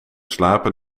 slapen